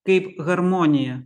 kaip harmonija